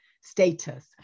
status